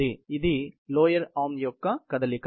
కాబట్టి ఇది lower arm యొక్క కదలిక